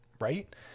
right